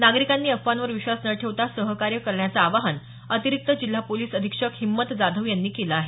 नागरिकांनी अफवांवर विश्वास न ठेवता सहकार्य करण्याचं आवाहन अतिरिक्त जिल्हा पोलीस अधीक्षक हिंमत जाधव यांनी केलं आहे